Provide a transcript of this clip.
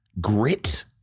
grit